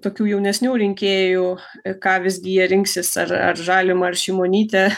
tokių jaunesnių rinkėjų ką visgi jie rinksis ar ar žalimą ar šimonytę